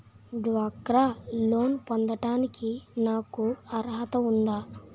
డ్వాక్రా లోన్ పొందటానికి నాకు అర్హత ఉందా?